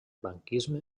franquisme